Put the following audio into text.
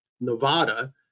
Nevada